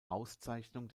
auszeichnung